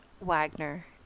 Wagner